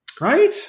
Right